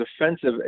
offensive